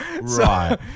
Right